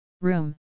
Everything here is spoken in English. room